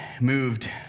moved